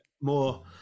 more